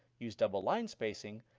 use double line spacing,